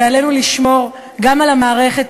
ועלינו לשמור גם על המערכת,